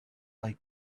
like